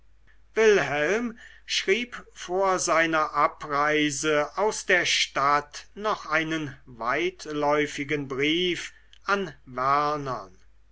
wilhelm schrieb vor seiner abreise aus der stadt noch einen weitläufigen brief an wernern